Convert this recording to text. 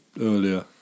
earlier